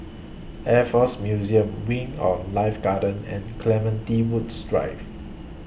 Air Force Museum Wing on Life Garden and Clementi Woods Drive